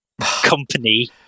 company